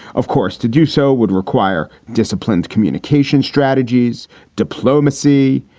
of course, to do so would require disciplined communication strategies diplomacy,